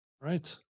Right